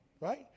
Right